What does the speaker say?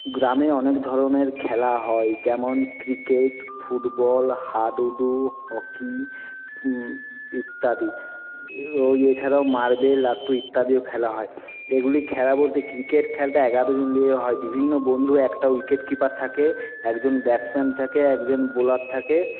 গ্রামে অনেক ধরণের খেলা হয় যেমন ক্রিকেট ফুটবল হাডুডু হকি ইত্যাদি ওই এছাড়াও মার্বেল লাট্টু ইত্যাদিও খেলা হয় এগুলি খেলা বলতে ক্রিকেট খেলাটা এগারোজন নিয়ে হয় বিভিন্ন বন্ধু একটা উইকেট কিপার থাকে একজন ব্যাটসম্যান থাকে একজন বোলার থাকে